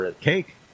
cake